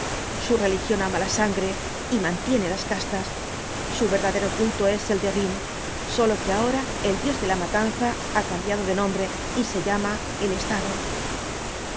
su religión ama la sangre y mantiene las castas su verdadero culto es el de odin sólo que ahora el dios de la matanza ha cambiado de nombre y se llama el estado